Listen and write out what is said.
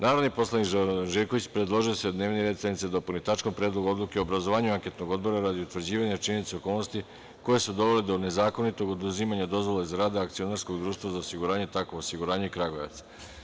Narodni poslanik Zoran Živković, predložio je da se dnevni red sednice dopuni tačkom - Predlog odluke o obrazovanju anketnog odbora radi utvrđivanja činjenica i okolnosti koje su dovele do nezakonitog oduzimanja dozvole za rad akcionarskog društva za osiguranje „Takovo-osiguranje“ Kragujevac.